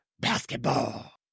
basketball